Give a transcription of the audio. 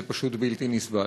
זה פשוט בלתי נסבל.